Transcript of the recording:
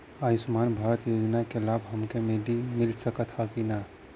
आयुष्मान भारत योजना क लाभ हमके मिल सकत ह कि ना?